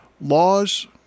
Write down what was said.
laws